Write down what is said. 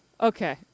Okay